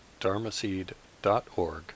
dharmaseed.org